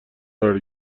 قرار